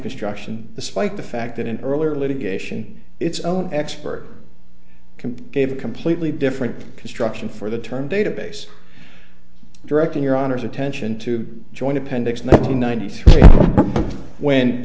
construction despite the fact that in earlier litigation its own expert can gave a completely different construction for the term database directing your honor's attention to join appendix nine